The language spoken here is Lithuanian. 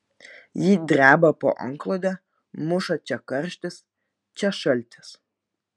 ji dreba po antklode muša čia karštis čia šaltis